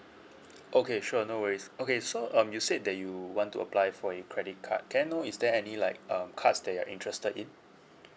okay sure no worries okay so um you said that you want to apply for your credit card can know is there any like um cards that you are interested in